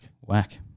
Whack